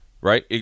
right